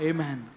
Amen